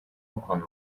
بکن